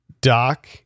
doc